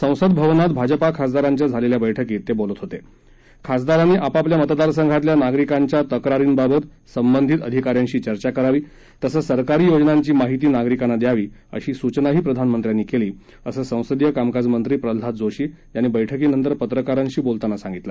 संसद भवनात भाजपा खासदारांच्या झाल्खा बैठकीत त बोलत होत खासदारांनी आपापल्या मतदारसंघातल्या नागरिकांच्या तक्रारींबाबत संबंधित अधिका यांशी चर्चा करावी तसंच सरकारी योजनांची माहिती नागरिकांना द्यावी अशी सूचनाही प्रधानमंत्र्यांनी कली असं संसदीय कामकाज मंत्री प्रल्हाद जोशी यांनी बैठकीनंतर पत्रकारांशी बोलताना सांगितलं